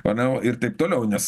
oniau ir taip toliau nes